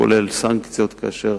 כולל סנקציות כאשר